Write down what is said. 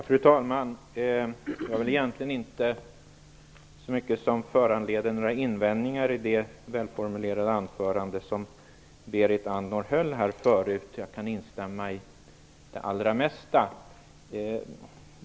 Fru talman! Det var inte så mycket som föranledde några invändningar i det välformulerade anförande som Berit Andnor höll. Jag kan instämma i det allra mesta.